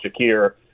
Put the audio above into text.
Shakir